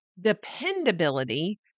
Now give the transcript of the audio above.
dependability